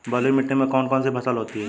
बलुई मिट्टी में कौन कौन सी फसल होती हैं?